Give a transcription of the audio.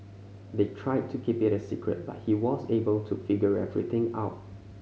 they tried to keep it a secret but he was able to figure everything out